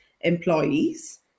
employees